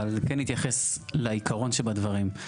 אבל כן נתייחס לעיקרון שבדברים.